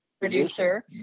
producer